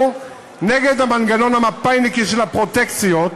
נגד המנגנון המפא"יניקי של הפרוטקציות,